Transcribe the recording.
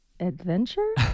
adventure